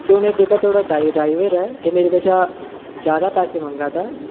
ते हून जेह्का थुआढ़ा ड्राइवर ऐ एह् मेरे कशा ज्यादा पैसे मंगदा